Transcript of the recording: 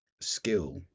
skill